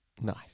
nice